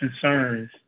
concerns